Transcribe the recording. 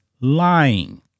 lying